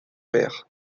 père